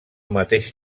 mateix